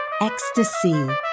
ecstasy